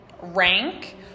rank